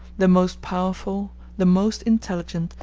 the most powerful, the most intelligent,